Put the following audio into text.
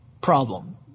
problem